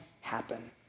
happen